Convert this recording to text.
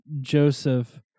Joseph